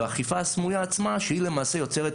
והאכיפה הסמויה עצמה שהיא למעשה יוצרת,